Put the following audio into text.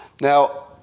Now